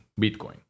Bitcoin